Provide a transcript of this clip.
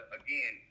again